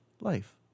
life